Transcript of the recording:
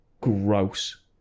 Gross